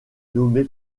nommé